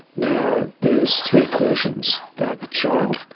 now there's three cautions that a child,